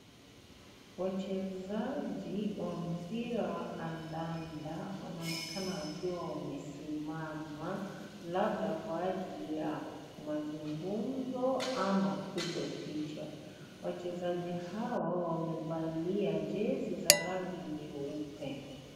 Wachezaji wa mpira wa kandanda wanaonekana wakiwa wamesimama labda kwa ajili ya mazungumzo ama kupigwa picha. Wachezaji hawa wamevalia jezi za rangi nyeupe.